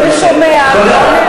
ראש הממשלה, ושומע, תודה.